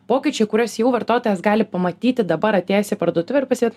pokyčiai kuriuos jau vartotojas gali pamatyti dabar atėjęs į parduotuvę ir pasėt